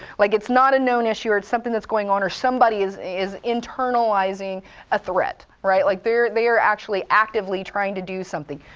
like it's not a known issue, or it's something that's going on, or somebody is is internalizing a threat, right? like they are actually actively trying to do something.